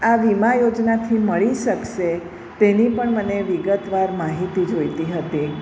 આ વીમા યોજનાથી મળી શકસે તેની પણ મને વિગતવાર માહિતી જોઈતી હતી